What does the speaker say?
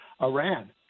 Iran